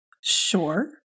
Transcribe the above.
Sure